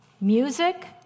music